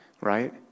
right